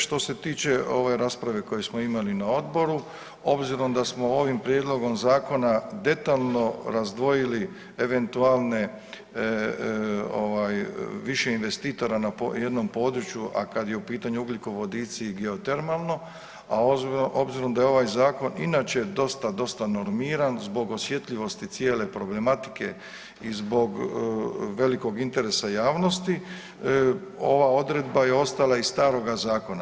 Što se tiče ovaj rasprave koju smo imali na odboru, obzirom da smo ovim prijedlogom zakona detaljno razdvojili eventualne ovaj, više investitora na jednom području, a kad je u pitanju ugljikovodici i geotermalno, a obzirom da je ovaj zakon inače dosta, dosta normiran zbog osjetljivosti cijele problematike i zbog velikog interesa javnosti, ova odredba je ostala iz staroga zakona.